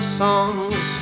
songs